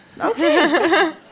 Okay